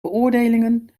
beoordelingen